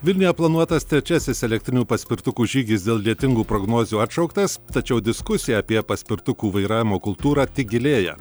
vilniuje planuotas trečiasis elektrinių paspirtukų žygis dėl lietingų prognozių atšauktas tačiau diskusija apie paspirtukų vairavimo kultūrą tik gilėja